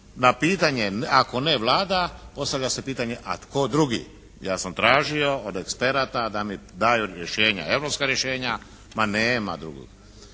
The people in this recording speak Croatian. Na pitanje ako ne Vlada, postavlja se pitanje a tko drugi. Ja sam tražio od eksperata da mi daju rješenja, europska rješenja, ma nema drugog.